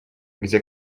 где